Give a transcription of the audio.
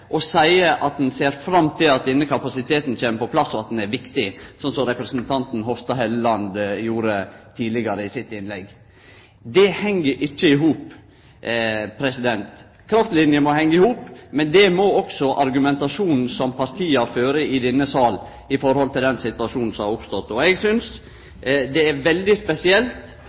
og seier at ein ser fram til at denne kapasiteten kjem på plass, og at den er viktig, slik representanten Hofstad Helleland sa i sitt innlegg tidlegare. Det heng ikkje i hop. Kraftliner må hengje i hop, men det må også argumentasjonen som partia fører i denne salen når det gjeld den situasjonen som er oppstått. Eg synest det er veldig spesielt